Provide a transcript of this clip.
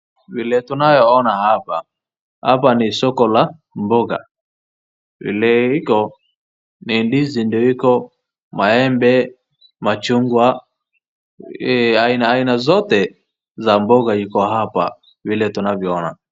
Vile tunaye ona hapa, hapa ni soko la mboga. Vile iko ni ndizi ndiyo iko, maembe, machungwa aina zote za mboga iko hapa vile tunavyo ona.